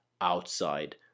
outside